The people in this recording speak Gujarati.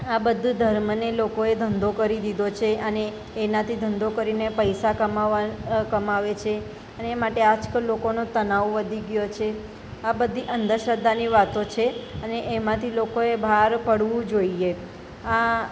આ બધું ધર્મને લોકોએ ધંધો કરી દીધો છે અને એનાથી ધંધો કરીને પૈસા કમાવ કમાવે છે અને એ માટે આજકાલ લોકોનો તનાવ વધી ગયો છે આ બધી અંધશ્રદ્ધાની વાતો છે અને એમાંથી લોકોએ બહાર પડવું જોઈએ આ